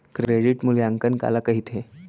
Credit मूल्यांकन काला कहिथे?